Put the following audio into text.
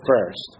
first